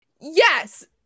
Yes